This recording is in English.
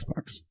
Xbox